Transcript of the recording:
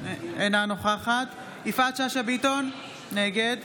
אינה נוכחת יפעת שאשא ביטון, נגד